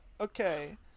Okay